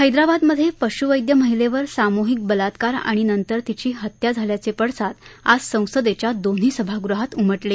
हैद्राबादमधे पश्वैद्य महिलेवर सामूहिक बलात्कार आणि नंतर तिची हत्या झाल्याचे पडसाद आज संसदेच्या दोन्ही सभागृहात उमटले